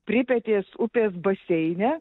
pripetės upės baseine